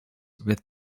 with